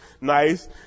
nice